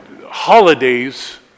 holidays